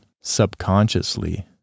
subconsciously